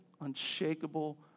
unshakable